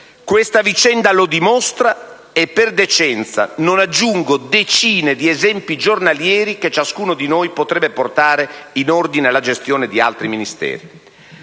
Questa vicenda lo dimostra, e per decenza non aggiungo decine di esempi giornalieri che ciascuno di noi potrebbe portare in ordine alla gestione di altri Ministeri.